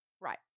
Right